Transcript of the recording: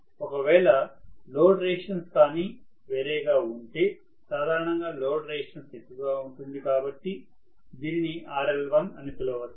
ఒకవేళ load resistance కానీ వేరేగా ఉంటే సాధారణంగా లోడ్ రెసిస్టెన్స్ ఎక్కువ గా ఉంటుంది కాబట్టి దీనిని RL1 గా పిలవచ్చు